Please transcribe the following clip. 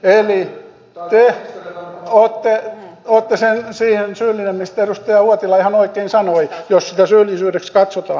eli te olette syyllinen siihen mistä edustaja uotila ihan oikein sanoi jos se syyllisyydeksi katsotaan